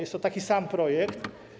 Jest to taki sam projekt.